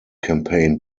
campaign